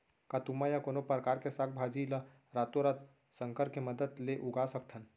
का तुमा या कोनो परकार के साग भाजी ला रातोरात संकर के मदद ले उगा सकथन?